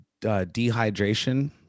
dehydration